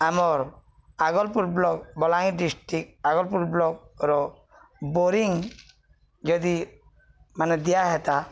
ଆମର୍ Agalpur block Balangir district Agalpur ବ୍ଲକର boring ଯଦି ମାନେ ଦିଆ ହେତା